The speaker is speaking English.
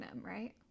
right